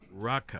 Raqqa